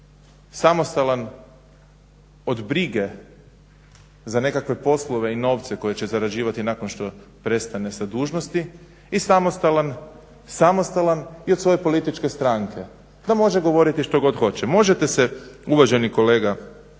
samostalan od brige za nekakve poslove i novce koje će zarađivati nakon što prestane sa dužnosti i samostalan i od svoje političke stranke da može govoriti što god hoće. Možete se uvaženi kolega